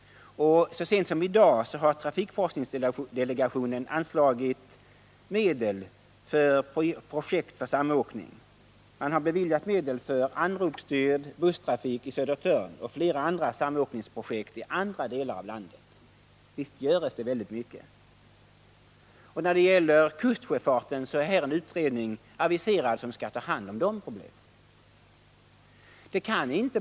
Så sent som i dag har trafikforskningsdelegationen anslagit medel för projekt när det gäller samåkning. Man har beviljat medel för anropsstyrd busstrafik i Södertörn och för flera andra samåkningprojekt i övriga delar av landet. Visst görs det väldigt mycket. När det gäller kustsjöfarten har det aviserats en utredning som skall ta hand om problemen på detta område.